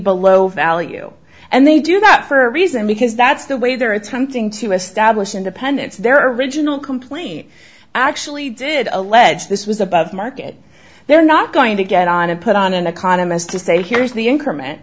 below value and they do that for a reason because that's the way they're attempting to establish independence their original complaint actually did allege this was above market they're not going to get on and put on an economist to say here's the increment